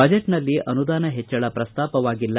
ಬಜೆಟ್ನಲ್ಲಿ ಅನುದಾನ ಹೆಚ್ಚಳ ಪ್ರಸ್ತಾಪವಾಗಿಲ್ಲ